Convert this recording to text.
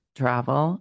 travel